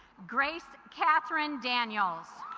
grace catherine daniels